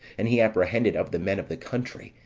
and he apprehended of the men of the country,